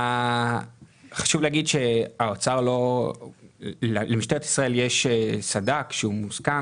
חשוב לומר שלמשטרת ישראל יש סד"כ הוא מוסכם